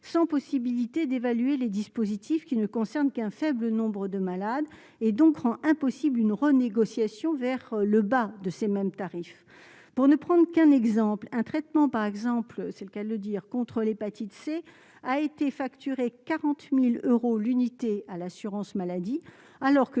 sans possibilité d'évaluer les dispositifs qui ne concernent qu'un faible nombre de malades et donc rend impossible une renégociation vers le bas de ces mêmes tarifs pour ne prendre qu'un exemple, un traitement par exemple, c'est le cas de le dire, contre l'hépatite C a été facturé 40000 euros l'unité à l'assurance maladie, alors que